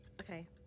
okay